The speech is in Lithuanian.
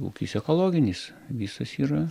ūkis ekologinis visas yra